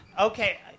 Okay